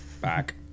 back